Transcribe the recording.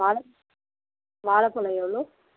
வாழைப் வாழைப் பழம் எவ்வளோ